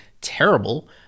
terrible